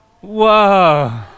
Whoa